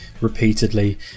repeatedly